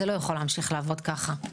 זה לא יכול להמשיך לעבוד ככה.